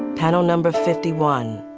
panel number fifty one